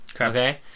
Okay